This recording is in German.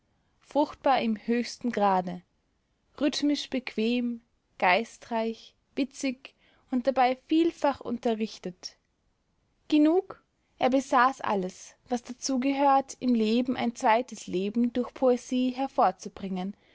fruchtbar im höchsten grade rhythmisch bequem geistreich witzig und dabei vielfach unterrichtet genug er besaß alles was dazu gehört im leben ein zweites leben durch poesie hervorzubringen